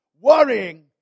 worrying